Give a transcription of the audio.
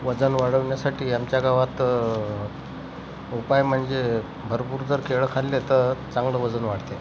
वजन वाढवण्यासाठी आमच्या गावात उपाय म्हणजे भरपूर जर केळं खाल्ले तर चांगलं वजन वाढते